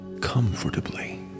comfortably